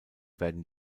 werden